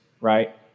right